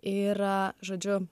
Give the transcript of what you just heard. ir a žodžiu